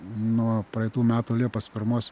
nuo praeitų metų liepos pirmos